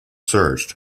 searched